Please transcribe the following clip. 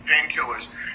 painkillers